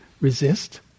resist